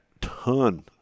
ton